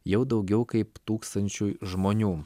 jau daugiau kaip tūkstančiui žmonių